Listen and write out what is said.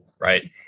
Right